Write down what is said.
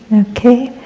okay?